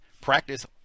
practice